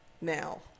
now